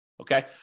Okay